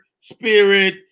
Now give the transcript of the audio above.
spirit